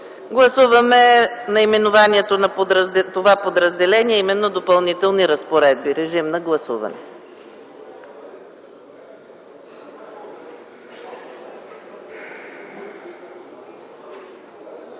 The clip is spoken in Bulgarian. Гласуваме наименованието на това подразделение, а именно „Допълнителни разпоредби”. Гласували